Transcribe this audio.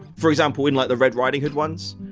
for example in like the red riding hood ones,